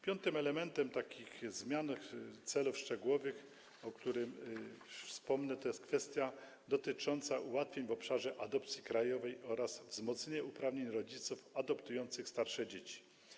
Piątym elementem takich zmian, celów szczegółowych, o którym wspomnę, jest kwestia dotycząca ułatwień w obszarze adopcji krajowej oraz wzmocnienia uprawnień rodziców adoptujących starsze dzieci.